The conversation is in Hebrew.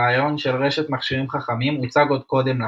הרעיון של רשת מכשירים חכמים הוצג עוד קודם לכן.